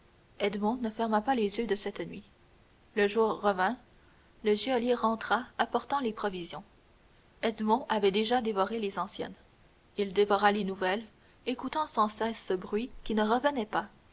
edmond ne ferma pas les yeux de cette nuit le jour revint le geôlier rentra apportant les provisions edmond avait déjà dévoré les anciennes il dévora les nouvelles écoutant sans cesse ce bruit qui ne revenait pas